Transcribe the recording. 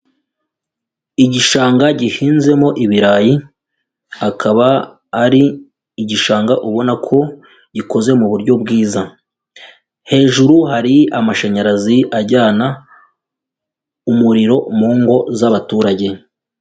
Igishanga gihinzemo ibirayi, akaba ari igishanga ubona ko gikoze mu buryo bwiza, hejuru hari amashanyarazi ajyana umuriro mu ngo z'abaturage.